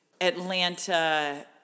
Atlanta